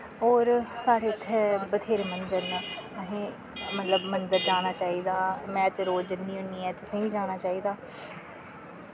और साढ़े इत्थै बत्थेरे मन्दर न असें मतलव मन्दर जाना चाहिदा मैं ते रोज़ जन्नी होनी ऐं तुसैं बी जाना चाहिदा